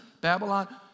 Babylon